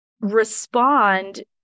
respond